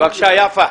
בבקשה, יפה.